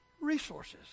resources